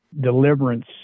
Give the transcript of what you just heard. deliverance